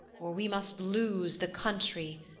or we must lose the country,